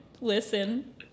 listen